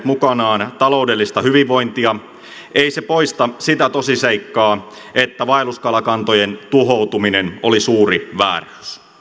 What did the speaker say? mukanaan taloudellista hyvinvointia ei se poista sitä tosiseikkaa että vaelluskalakantojen tuhoutuminen oli suuri vääryys